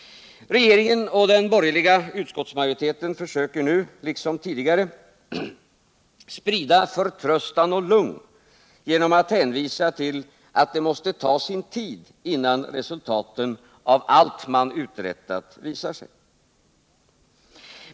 Regeringen och den borgerliga utskottsmajoriteten försöker nu, liksom tidigare, sprida förtröstan och lugn genom att hänvisa till att det måste ta sin tid, innan resultaten av allt man uträttat visar sig.